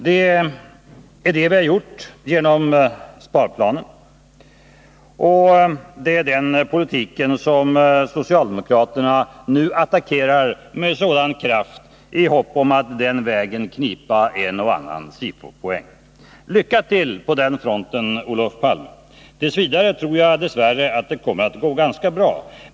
Det är det vi har gjort genom sparplanen, och det är den politiken som socialdemokraterna nu attackerar med sådan kraft i hopp om att den vägen knipa en och annan SIFO-poäng. Lycka till på den fronten, Olof Palme! Jag tror dess värre att det tills vidare kommer att gå ganska bra.